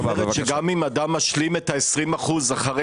זאת אומרת שגם אם אדם משלים את ה-20% אחרי